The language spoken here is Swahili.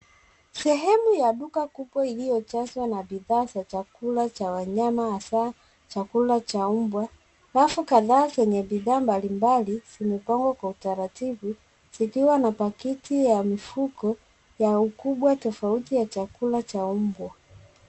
Sehemu ya duka kubwa iliyojazwa na bidhaa za chakula cha wanyama hasaa chakula cha mbwa. Rafu kadhaa zenye bidhaa mbalimbali, zimepangwa kwa utaratibu, zikiwa na pakiti ya mifuko, ya ukubwa tofauti ya chakula cha mbwa.